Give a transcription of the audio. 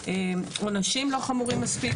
העונשים לא חמורים מספיק,